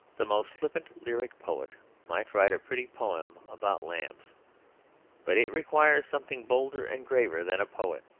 the most flippant lyric poet might write a pretty poem about lambs but it requires something bolder and graver than a poet,